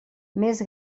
més